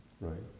right